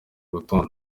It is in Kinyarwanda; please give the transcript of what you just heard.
rutonde